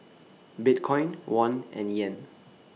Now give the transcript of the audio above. Bitcoin Won and Yen